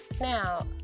Now